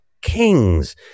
Kings